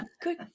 Good